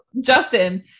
Justin